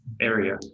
area